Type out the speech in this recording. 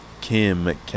Kim